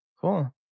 Cool